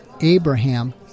Abraham